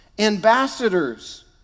ambassadors